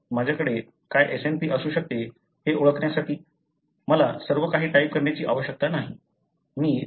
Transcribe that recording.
तर माझ्याकडे काय SNP असू शकते हे ओळखण्यासाठी मला सर्वकाही टाइप करण्याची आवश्यकता नाही